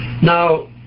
Now